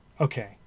okay